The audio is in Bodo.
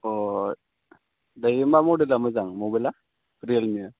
अ बैयो मा मडेला मोजां मबाइला रियोलमिआ